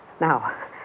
Now